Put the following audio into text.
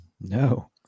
No